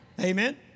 Amen